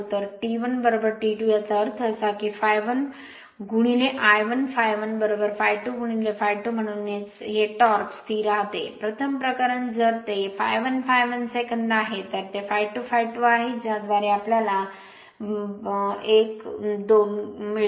तर T 1 T 2 याचा अर्थ असा की ∅1 I 1 ∅ 1 ∅2 ∅2 म्हणूनच हे टॉर्क स्थिर राहते प्रथम प्रकरण जर ते ∅1 ∅1 सेकंद आहे तर ते ∅2 ∅2 आहे ज्याद्वारे आम्हाला by1 2 get मिळते